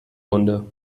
wunde